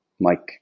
Mike